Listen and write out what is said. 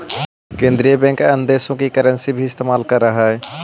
केन्द्रीय बैंक अन्य देश की करन्सी भी इस्तेमाल करअ हई